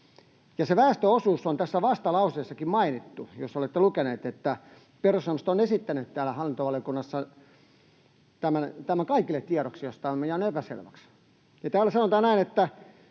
Se väestöosuus on tässä vastalauseessakin mainittu, jos olette lukeneet, eli perussuomalaiset ovat esittäneet täällä hallintovaliokunnassa tämän kaikille tiedoksi, jos tämä on jäänyt epäselväksi. Täällä sanotaan näin, että